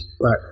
Right